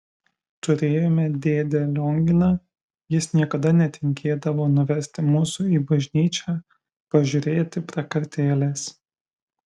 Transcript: turėjome dėdę lionginą jis niekada netingėdavo nuvesti mūsų į bažnyčią pažiūrėti prakartėlės